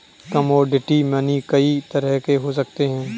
commodity money कई तरह के हो सकते हैं